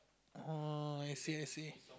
oh I see I see